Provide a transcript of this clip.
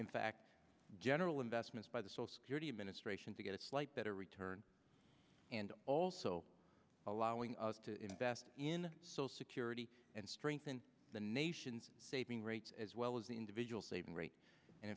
in fact general investments by the sole security administration to get a slight better return and also allowing us to invest in social security and strengthen the nation's saving rates as well as the individual savings rate and